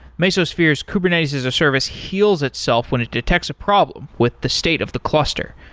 mesosphere's kubernetes-as-a-service heals itself when it detects a problem with the state of the cluster.